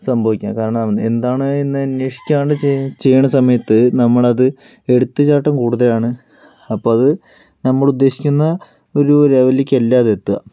സംഭവിക്കാം കാരണം എന്താണ് എന്ന് അന്വേഷിക്കാണ്ട് ചെയ്യണ സമയത്ത് നമ്മൾ അത് എടുത്തുച്ചാട്ടം കൂടുതലാണ് അപ്പോൾ അത് നമ്മളുദ്ദേശിക്കുന്ന ഒരു ലെവലിലേക്കല്ല അത് എത്തുക